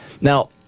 Now